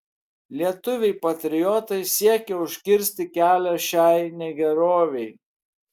lietuviai patriotai siekė užkirsti kelią šiai negerovei